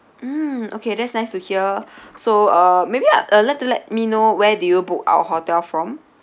mm okay that's nice to hear so uh maybe I'd like to let me know where do you book our hotel from